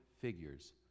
figures